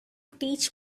teach